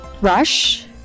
Rush